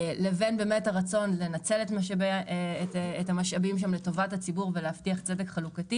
לבין הרצון לנצל את המשאבים שהם לטובת הציבור ולהבטיח צדק חלוקתי